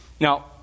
Now